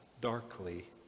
darkly